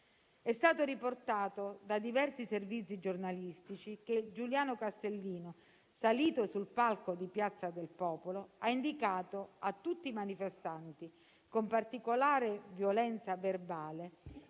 È stato riportato da diversi servizi giornalistici che Giuliano Castellino, salito sul palco di Piazza del Popolo, ha indicato a tutti i manifestanti, con particolare violenza verbale,